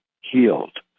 healed